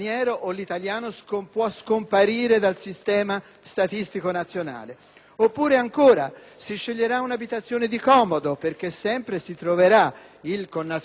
Ancora si sceglierà un'abitazione di comodo perché si troverà sempre il connazionale, italiano o straniero, che permetterà alla persona di